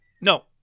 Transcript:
no